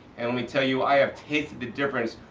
and let me tell you i have tasted the difference,